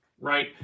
right